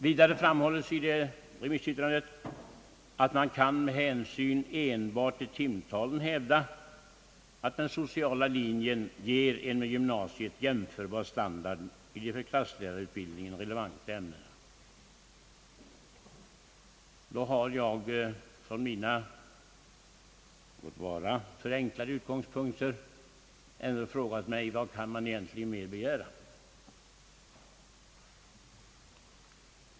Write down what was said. Vidare framhålles i detta remissyttrande att man med hänsyn enbart till timtalet kan hävda att den sociala linjen ger en med gymnasiet jämförbar standard i de för klasslärarutbildningen relevanta ämnena. Då har jag från mina låt vara förenklade utgångspunkter ändå frågat mig: Vad kan man egentligen mer begära?